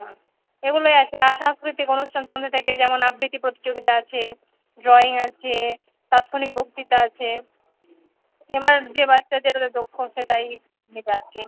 হুম এগুলোই আছে আর সাংস্কৃতিক অনুষ্ঠান সন্ধে থেকে যেমন আবৃতি প্রতিযোগিতা আছে ড্রইং আছে তাৎক্ষণিক বক্তৃতা আছে এবার যে বাচ্চা যেটাতে দক্ষ সেটাই সে বাছে